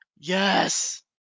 Yes